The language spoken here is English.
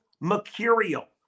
mercurial